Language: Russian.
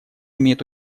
имеет